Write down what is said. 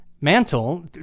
mantle